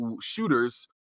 shooters